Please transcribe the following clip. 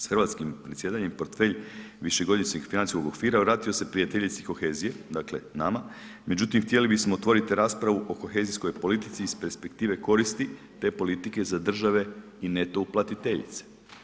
S hrvatskim predsjedanjem portfelj višegodišnjeg financijskog okvira vratio se prijateljici kohezije, dakle nama, međutim htjeli bismo otvoriti raspravu o kohezijskoj politici iz perspektive koristi te politike za države i neto uplatiteljice.